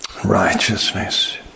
Righteousness